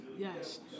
Yes